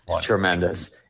tremendous